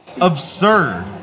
absurd